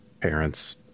parents